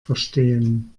verstehen